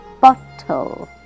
Bottle